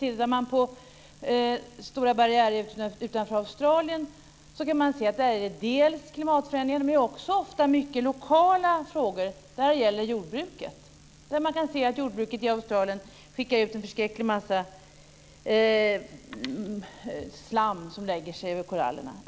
I Stora Barriärrevet utanför Australien är anledningen klimatförändringar, men det är också ofta mycket lokala frågor när det gäller jordbruket. Man kan se att jordbruket i Australien släpper ut en förskräcklig massa slam som lägger sig över korallerna.